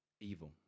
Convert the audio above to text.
evil